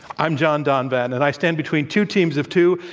i'm john donvan, and i stand between two teams of two,